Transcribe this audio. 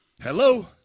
Hello